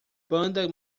banda